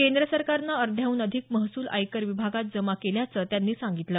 केंद्र सरकारनं अर्ध्याहून अधिक महसूल आयकर विभागात जमा केल्याचं त्यांनी सांगितलं